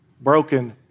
broken